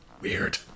Weird